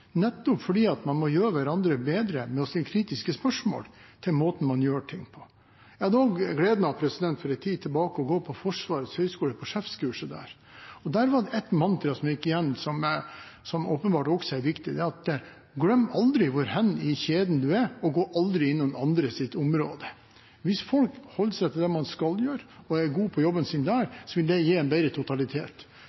nettopp fordi man må gjøre hverandre bedre ved å stille kritiske spørsmål om måten man gjør ting på. Jeg hadde for en tid siden gleden av å gå på Forsvarets høgskole, på sjefskurset. Der var det ett mantra som gikk igjen, som åpenbart også er viktig: Glem aldri hvor hen i kjeden du er, og gå aldri inn på noen andres område. Hvis folk holder seg til det de skal gjøre, og er gode i jobben sin der,